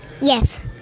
Yes